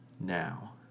now